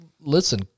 listen